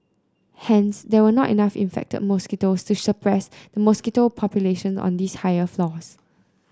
hence there were not enough infected mosquitoes to suppress the mosquito population on these higher floors